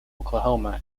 oklahoma